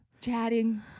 Chatting